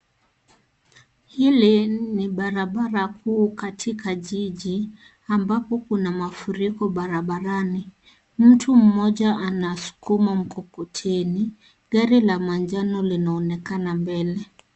Hili ni barabara kuu katika jiji ambapo kuna mafuriko barabarani mtu mmoja anasukuma mkokoteni gari la manjano linaonekana mbele.